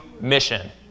mission